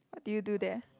what did you do there